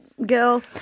Girl